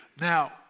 Now